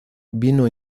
vino